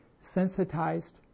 sensitized